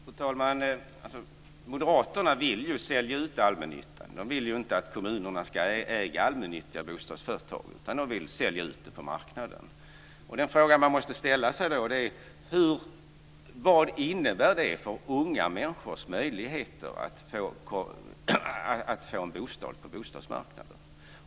Fru talman! Moderaterna vill ju sälja ut allmännyttan. De vill inte att kommunerna ska äga allmännyttiga bostadsföretag, utan de vill sälja ut dem på marknaden. Den fråga som man då måste ställa sig är: Vad innebär det för unga människors möjligheter att få en bostad på bostadsmarknaden?